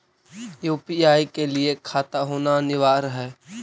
UPI के लिए खाता होना अनिवार्य है?